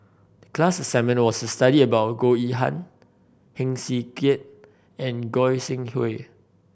the class assignment was to study about Goh Yihan Heng Swee Keat and Goi Seng Hui